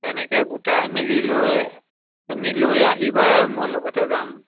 এনেকৈ গোটাই মেলি লৈ তুমি লৈ আহিবা মই লগতে যাম